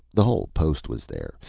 the whole post was there,